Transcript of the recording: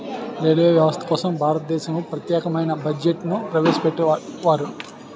railway వ్యవస్థ కోసం భారతదేశంలో ప్రత్యేకమైన బడ్జెట్ను ప్రవేశపెట్టేవారు